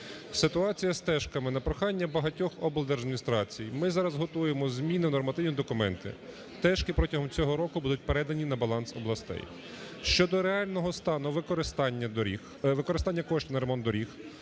Ситуація з "тешками". На прохання багатьох облдержадміністрацій ми зараз готуємо зміни в нормативні документи, "тешки" протягом цього року будуть передані на баланс областей. Щодо реального стану використання доріг... використання